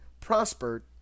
prospered